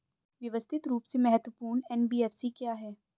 व्यवस्थित रूप से महत्वपूर्ण एन.बी.एफ.सी क्या हैं?